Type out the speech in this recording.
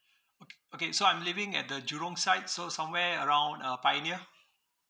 okay okay so I'm living at the jurong side so somewhere around uh pioneer